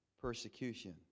persecution